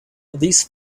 these